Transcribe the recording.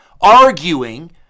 arguing